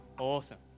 Awesome